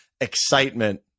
excitement